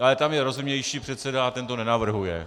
Ale tam je rozumnější předseda a ten to nenavrhuje.